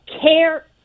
care